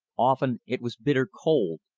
often it was bitter cold,